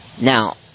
Now